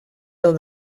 del